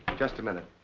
and just a minute.